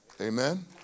amen